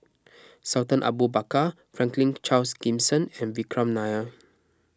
Sultan Abu Bakar Franklin Charles Gimson and Vikram Nair